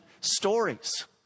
stories